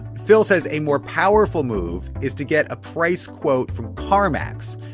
phil says a more powerful move is to get a price quote from carmax.